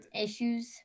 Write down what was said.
issues